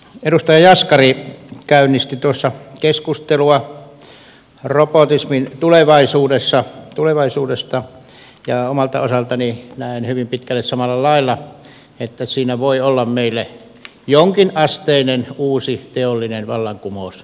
edustaja jaskari käynnisti tuossa keskustelua robotismin tulevaisuudesta ja omalta osaltani näen hyvin pitkälle samalla lailla että siinä voi olla meille jonkinasteinen uusi teollinen vallankumous tulossa